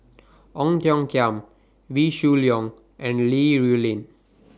Ong Tiong Khiam Wee Shoo Leong and Li Rulin